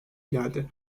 geldi